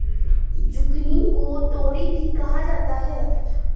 zucchini को तोरी भी कहा जाता है